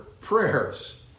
prayers